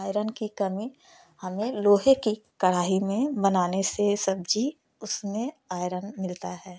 iron की कमी हमें लोहे की कढ़ाही में बनाने से सब्जी उसमें आयरन मिलता है